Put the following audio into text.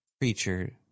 creature